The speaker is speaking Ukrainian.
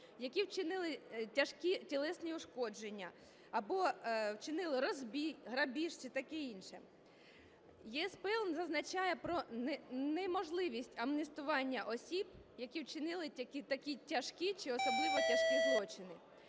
які вчинили тяжкі тілесні ушкодження або вчинили розбій, грабіж чи таке інше. ЄСПЛ зазначає про неможливість амністування осіб, які вчинили такі тяжкі чи особливо тяжкі злочини.